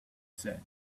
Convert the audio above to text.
said